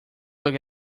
look